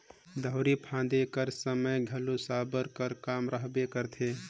दउंरी फादे कर समे घलो साबर कर काम रहबे करथे